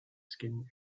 skin